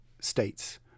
states